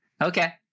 Okay